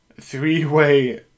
three-way